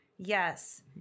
Yes